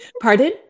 Pardon